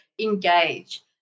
engage